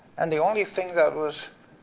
and the only thing that was